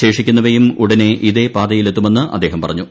ശേഷിക്കുന്നവയും ഉടനെ ഇതേ പാതയിലെത്തുമെന്ന് അദ്ദേഹം പറഞ്ഞു